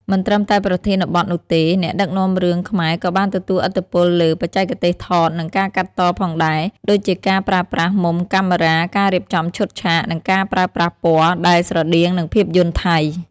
មិនត្រឹមតែប្រធានបទនោះទេ អ្នកដឹកនាំរឿងខ្មែរក៏បានទទួលឥទ្ធិពលលើ បច្ចេកទេសថត និងការកាត់ត ផងដែរ ដូចជាការប្រើប្រាស់មុំកាមេរ៉ា ការរៀបចំឈុតឆាក និងការប្រើប្រាស់ពណ៌ ដែលស្រដៀងនឹងភាពយន្តថៃ។